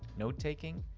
note taking,